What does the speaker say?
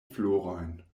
florojn